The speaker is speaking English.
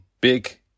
big